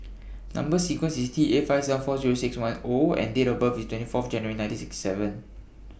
Number sequence IS T eight five seven four Zero six one O and Date of birth IS twenty four January nineteen sixty seven